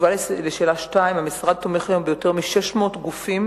2. המשרד תומך היום ביותר מ-600 גופים